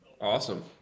Awesome